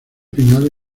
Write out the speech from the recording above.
final